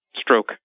stroke